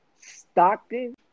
Stockton